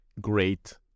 great